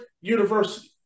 university